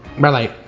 red light.